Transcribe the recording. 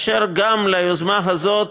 גם ליוזמה הזאת